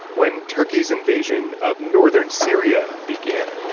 when turkey's invasion of northern syria began.